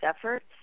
efforts